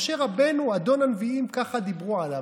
משה רבנו, אדון הנביאים, ככה דיברו עליו.